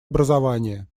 образование